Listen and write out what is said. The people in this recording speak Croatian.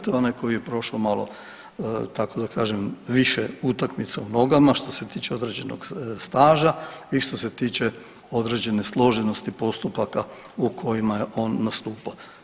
To je onaj koji je prošao malo tako da kažem više utakmica u nogama što se tiče određenog staža i što se tiče određene složenosti postupaka u kojima je on nastupao.